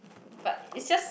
but it's just